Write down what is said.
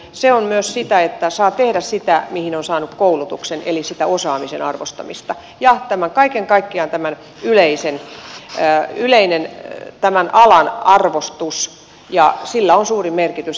se on myös sitä että saa tehdä sitä mihin on saanut koulutuksen eli sitä osaamisen arvostamista tarvitaan ja kaiken kaikkiaan tämän alan yleisellä arvostuksella on suuri merkitys